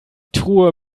truhe